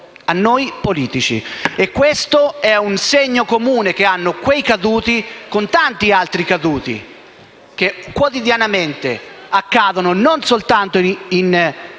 a noi politici, e questo è un segno comune che hanno quei caduti con tanti altri caduti negli eventi che quotidianamente accadono non soltanto in